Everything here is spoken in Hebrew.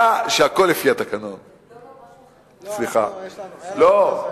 שהכול לפי התקנון, לא, היה לנו משהו אחר.